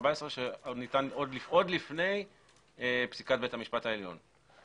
שניתן עוד לפני פסיקת בית המשפט העליון.